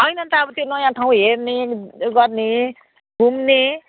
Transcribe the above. हैन नि त अब त्यो नयाँ ठाउँ हेर्ने गर्ने घुम्ने